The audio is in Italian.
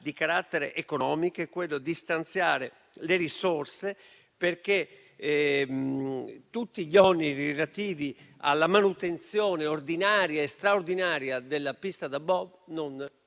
di carattere economico e consiste nello stanziamento di risorse affinché tutti gli oneri relativi alla manutenzione ordinaria e straordinaria della pista da bob non